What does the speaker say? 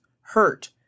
hurt